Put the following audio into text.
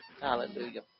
Hallelujah